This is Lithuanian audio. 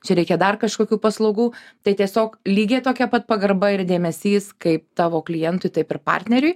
čia reikia dar kažkokių paslaugų tai tiesiog lygiai tokia pat pagarba ir dėmesys kaip tavo klientui taip ir partneriui